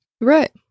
Right